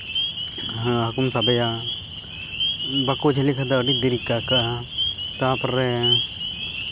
ᱦᱟᱹᱠᱩᱢ ᱥᱟᱵᱮᱭᱟ ᱵᱟᱠᱚ ᱡᱷᱟᱹᱞᱤᱜ ᱠᱷᱟᱱ ᱫᱚ ᱟᱹᱰᱤ ᱫᱮᱨᱤᱛᱮ ᱟᱹᱭᱠᱟᱹᱜᱼᱟ ᱛᱟᱨᱯᱚᱨᱮ